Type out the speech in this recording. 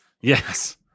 Yes